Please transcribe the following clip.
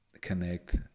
connect